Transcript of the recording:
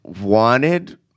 wanted